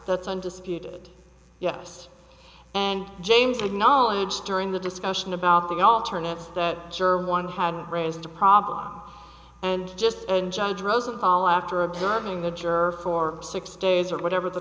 that's undisputed yes and james had knowledge during the discussion about the alternatives that juror one had raised the problem and just and judge rosenthal after observing the juror for six days or whatever the